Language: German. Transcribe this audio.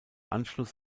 anschluss